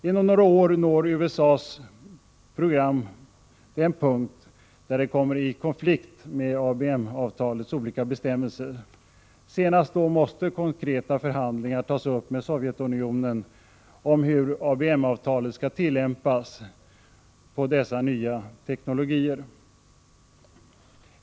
Inom några år når USA:s program den punkt där det kommer i konflikt med ABM-avtalets olika bestämmelser. Senast då måste konkreta förhandlingar tas upp med Sovjetunionen om hur ABM-avtalet skall tillämpas på dessa nya teknologier.